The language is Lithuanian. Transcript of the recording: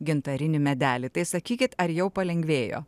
gintarinį medelį tai sakykit ar jau palengvėjo